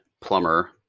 plumber